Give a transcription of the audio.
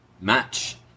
match